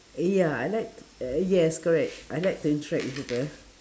uh yeah I like t~ uh yes correct I like to interact with people